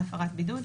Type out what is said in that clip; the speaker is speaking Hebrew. על הפרת בידוד,